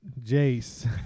Jace